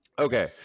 okay